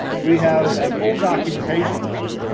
we have a full documentation of,